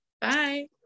bye